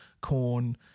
corn